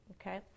okay